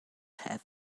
have